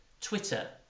Twitter